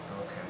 Okay